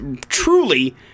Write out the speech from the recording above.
truly